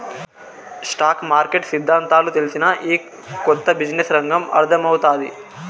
stock market సిద్దాంతాలు తెల్సినా, ఈ కొత్త బిజినెస్ రంగం అర్థమౌతాది